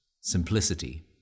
simplicity